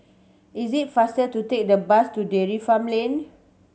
is it faster to take the bus to Dairy Farm Lane